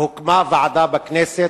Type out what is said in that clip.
והוקמה ועדה בכנסת.